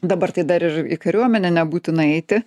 dabar tai dar ir į kariuomenę nebūtina eiti